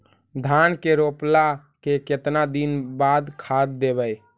धान के रोपला के केतना दिन के बाद खाद देबै?